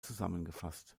zusammengefasst